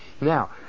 Now